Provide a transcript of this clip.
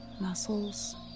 muscles